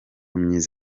myiza